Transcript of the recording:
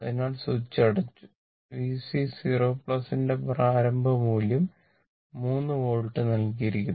അതിനാൽ സ്വിച്ച് അടച്ചു VC 0 ന്റെ പ്രാരംഭ മൂല്യം 3 വോൾട്ട് നൽകിയിരിക്കുന്നു